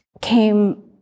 came